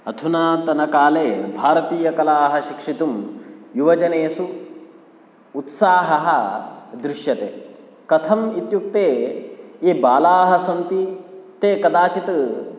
अधुनातनकाले भारतीयकलाः शिक्षितुं युवजनेषु उत्साहः दृश्यते कथम् इत्युक्ते ये बालाः सन्ति ते कदाचित्